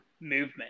movement